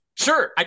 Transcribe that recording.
sure